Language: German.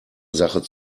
sache